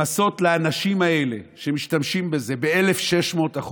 למסות לאנשים האלה שמשתמשים בזה ב-1,600%,